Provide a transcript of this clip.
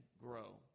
grow